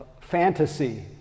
fantasy